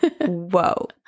whoa